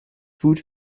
food